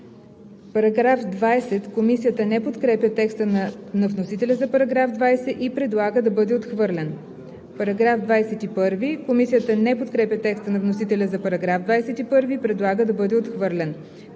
става § 20. Комисията не подкрепя текста на вносителя за § 20 и предлага да бъде отхвърлен. Комисията не подкрепя текста на вносителя за § 21 и предлага да бъде отхвърлен.